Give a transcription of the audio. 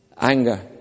anger